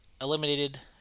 eliminated